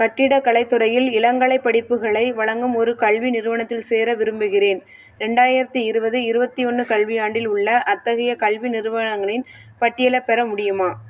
கட்டிடக்கலைத் துறையில் இளங்கலைப் படிப்புகளை வழங்கும் ஒரு கல்வி நிறுவனத்தில் சேர விரும்புகிறேன் ரெண்டாயிரத்தி இருபது இருபத்தி ஒன்று கல்வியாண்டில் உள்ள அத்தகைய கல்வி நிறுவனங்களின் பட்டியலை பெற முடியுமா